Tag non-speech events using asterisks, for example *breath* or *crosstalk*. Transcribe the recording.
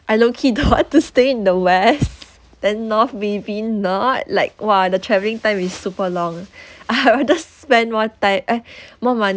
I low-key don't want to stay in the west then north maybe not like !wah! the travelling time is super long *breath* I rather spend more time eh *breath* more money